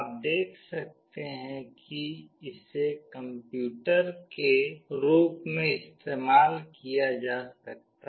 आप देख सकते हैं कि इसे कंप्यूटर के रूप में इस्तेमाल किया जा सकता है